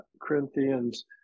Corinthians